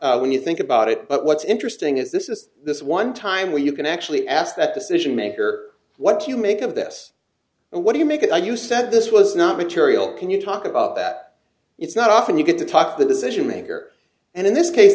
odd when you think about it but what's interesting is this is this one time where you can actually ask that decision maker what do you make of this and what do you make of the you said this was not material can you talk about that it's not often you get to talk the decision maker and in this case